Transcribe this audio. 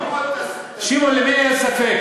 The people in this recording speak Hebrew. למי היה ספק,